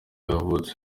yavutse